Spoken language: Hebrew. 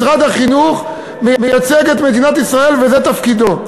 משרד החינוך מייצג את מדינת ישראל, וזה תפקידו.